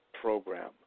program